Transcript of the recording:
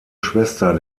schwester